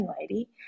lady